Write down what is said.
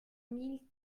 mille